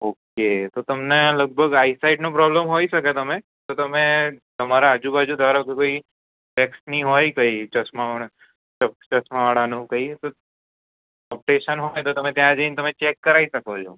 okay તો તમને લગભગ આઇ સાઇટ નો પ્રોબલમ હોય શકે તમે તો તમે તમારા આજુ બાજુ ધારો કે કોઈ ચશ્મા વાદા નુ કોઇ ઓપરેશન હોય તો તમે તઈ જઈને ચેક કરાય શકો છો